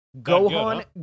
Gohan